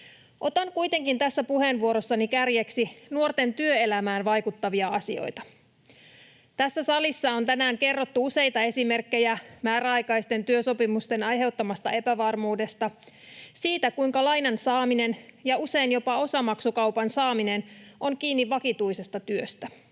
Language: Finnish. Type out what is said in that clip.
Otan kuitenkin tässä puheenvuorossani kärjeksi nuorten työelämään vaikuttavia asioita. Tässä salissa on tänään kerrottu useita esimerkkejä määräaikaisten työsopimusten aiheuttamasta epävarmuudesta, siitä, kuinka lainan saaminen ja usein jopa osamaksukaupan saaminen on kiinni vakituisesta työstä.